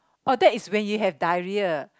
oh that is when you have diarrhoea